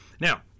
Now